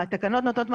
התקנות נותנות מענה,